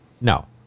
No